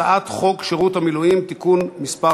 רציפות על הצעת חוק הביטוח הלאומי (תיקון מס'